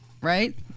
right